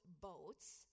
boats